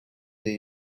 the